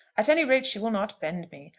at any rate she will not bend me.